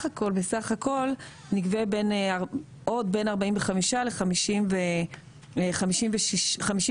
הכול בסך הכול נגבה עוד בין 45 ל-53 מיליארד